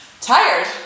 tired